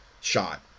shot